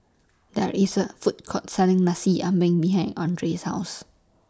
There IS A Food Court Selling Nasi Ambeng behind Andrae's House